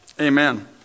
Amen